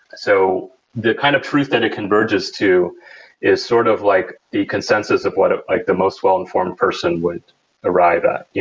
so the kind of truth that it converges to is sort of like the consensus of what like the most well informed person would arrive at. yeah